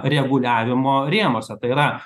reguliavimo rėmuose tai yra